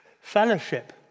Fellowship